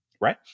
right